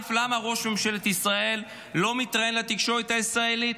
למה ראש ממשלת ישראל לא מתראיין לתקשורת הישראלית,